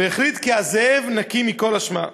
והחליט כי הזאב נקי מכל אשמה.